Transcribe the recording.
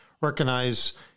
recognize